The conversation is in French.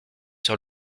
sur